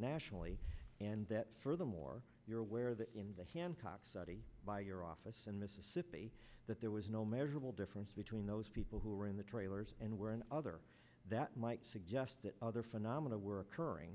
nationally and that furthermore you're aware that in the hancock study by your office in mississippi that there was no measurable difference between those people who were in the trailers and were in other that might suggest that other phenomena were occurring